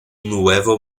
nuevo